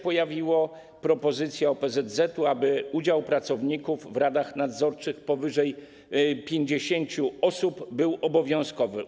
Chodzi o propozycję OPZZ, aby udział pracowników w radach nadzorczych powyżej 50 osób był obowiązkowy.